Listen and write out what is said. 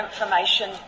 information